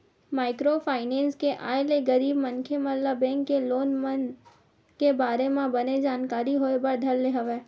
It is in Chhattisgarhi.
माइक्रो फाइनेंस के आय ले गरीब मनखे मन ल बेंक के लोन मन के बारे म बने जानकारी होय बर धर ले हवय